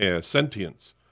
sentience